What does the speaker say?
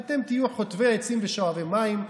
ואתם תהיו חוטבי עצים ושואבי מים,